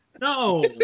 No